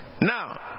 Now